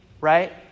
right